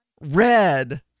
red